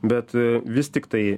bet vis tiktai